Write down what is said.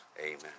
Amen